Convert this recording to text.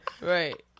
Right